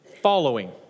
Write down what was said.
following